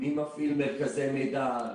מי מפעיל מרכזי מידע.